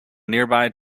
nearby